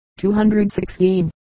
216